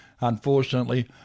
unfortunately